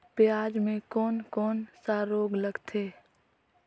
पियाज मे कोन कोन सा रोग लगथे?